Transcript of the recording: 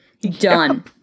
Done